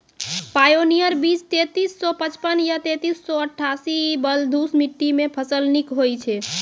Pioneer बीज तेंतीस सौ पचपन या तेंतीस सौ अट्ठासी बलधुस मिट्टी मे फसल निक होई छै?